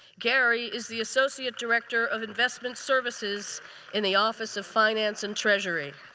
gary is the associate director of investment services in the office of finance and treasury.